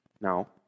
Now